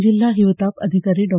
जिल्हा हिवताप अधिकारी डॉ